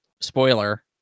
spoiler